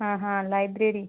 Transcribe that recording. हाँ हाँ लाइब्रेरी